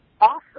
awesome